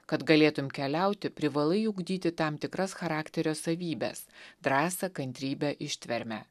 kad galėtum keliauti privalai ugdyti tam tikras charakterio savybes drąsą kantrybę ištvermę